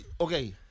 okay